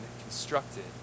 constructed